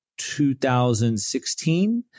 2016